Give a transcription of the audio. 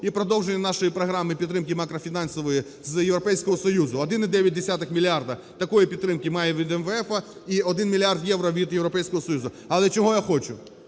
і продовження нашої програми підтримки макрофінансової з Європейського Союзу, 1,9 мільярда такої підтримки маємо від МВФ і 1 мільярд євро від Європейського Союзу. Але чого я хочу?